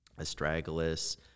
astragalus